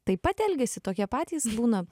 taip pat elgiasi tokie patys būna